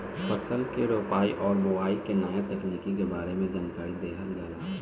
फसल के रोपाई और बोआई के नया तकनीकी के बारे में जानकारी देहल जाला